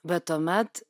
bet tuomet